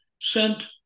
sent